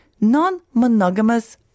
non-monogamous